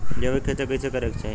जैविक खेती कइसे करे के चाही?